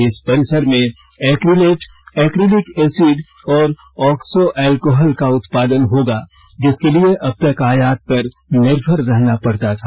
इस परिसर में एक्रीलेट एक्रिलिक एसिड और ऑक्सो एल्कोहल का उत्पादन होगा जिसके लिए अबतक आयात पर निर्भर रहना पड़ता था